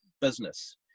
business